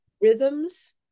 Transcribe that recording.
rhythms